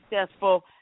successful